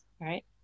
right